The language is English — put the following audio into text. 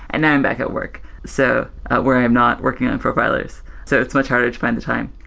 and now i'm back at work so where i am not working on profilers. so it's much harder to find the time.